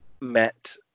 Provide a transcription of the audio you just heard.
met